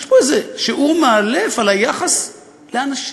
יש פה איזה שיעור מאלף על היחס לאנשים.